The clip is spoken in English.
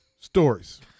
Stories